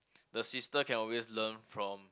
the sister can always learn from